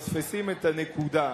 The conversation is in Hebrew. חברי הכנסת, אתם שוב מפספסים את הנקודה.